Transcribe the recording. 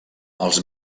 els